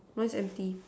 mines empty